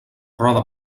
rode